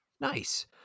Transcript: nice